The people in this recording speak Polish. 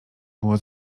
było